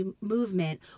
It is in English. movement